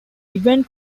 event